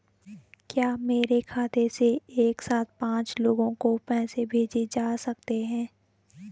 क्या मेरे खाते से एक साथ पांच लोगों को पैसे भेजे जा सकते हैं?